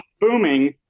booming